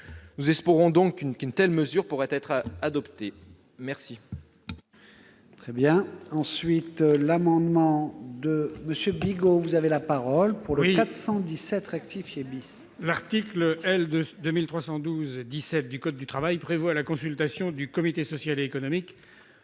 Nous espérons donc qu'une telle mesure pourra être adoptée.